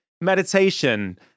meditation